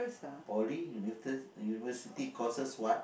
Poly uni~ University courses what